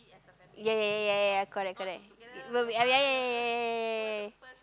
ya ya ya ya correct correct will we ya ya ya ya ya